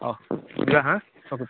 ହଉ ଯିବା ହାଁ ରଖୁଛି